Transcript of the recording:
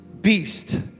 beast